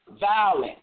violent